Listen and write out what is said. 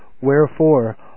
Wherefore